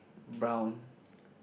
brown